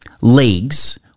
leagues